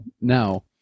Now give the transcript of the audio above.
now